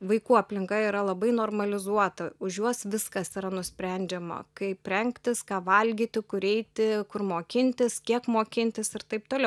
vaikų aplinka yra labai normalizuota už juos viskas yra nusprendžiama kaip rengtis ką valgyti kur eiti kur mokintis kiek mokintis ir taip toliau